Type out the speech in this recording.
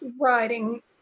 writing